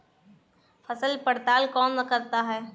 फसल पड़ताल कौन करता है?